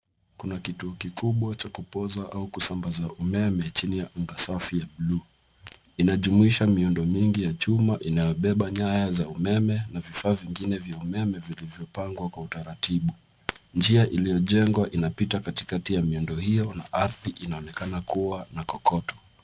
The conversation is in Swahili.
Kuna kituo kikubwa cha kupoza au kusambaza umeme chini ya anga safi ya buluu. Inajumuisha miundo mingi ya chuma inayobeba nyaya za umeme na vifaa vingine vya umeme vilivyopangwa kwa utaratibu. Njia iliyojengwa inapita katikati ya miundo hiyo na ardhi inaonekana kuwa na kokoto.